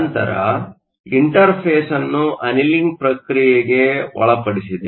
ನಂತರ ಇಂಟರ್ಫೇಸ್ನ್ನು ಅನೀಲಿಂಗ್ ಪ್ರಕ್ರಿಯೆಗೆ ಒಳಪಡಿಸಿದೆ